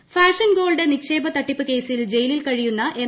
Kamaruddin fashion gold നിക്ഷേപ തട്ടിപ്പ് കേസിൽ ജയിലിൽ കഴിയുന്ന എം